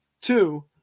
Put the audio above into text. Two